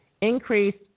increased